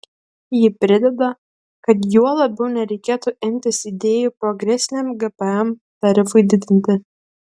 ji prideda kad juo labiau nereikėtų imtis idėjų progresiniam gpm tarifui didinti